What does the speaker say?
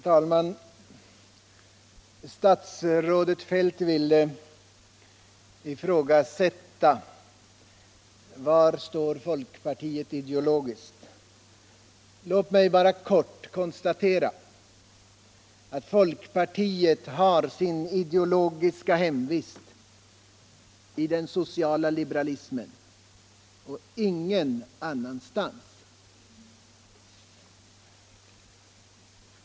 Herr talman! Statsrådet Feldt vill ifrågasätta var folkpartiet står ideologiskt. Låt mig bara kort konstatera att folkpartiet har sitt ideologiska hemvist inom den sociala liberalismen och ingen annanstans.